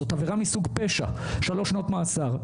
זאת עבירה מסוג פשע, שלוש שנות מאסר.